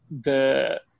the-